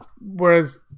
whereas